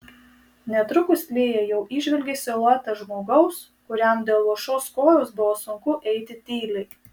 netrukus lėja jau įžvelgė siluetą žmogaus kuriam dėl luošos kojos buvo sunku eiti tyliai